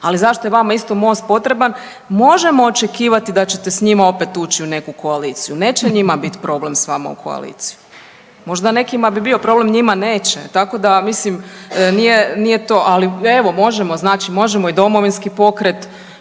Ali zašto je vama isto Most potreban? Možemo očekivati da ćete s njima opet ući u neku koaliciju, neće njima biti problem s vama u koaliciju. Možda nekima bi bio problem, njima neće. Tako da, mislim, nije to, ali evo, možemo, znači možemo i Domovinski pokret,